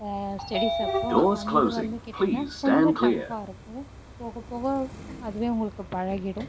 studies அப்போது அது வந்து கேட்டிங்கனால் கொஞ்சம் டஃப்பாக இருக்கும் போகப் போக அதுவே உங்களுக்கு பழகிவிடும்